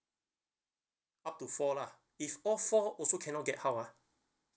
up to four lah if all four also cannot get how ah